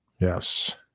yes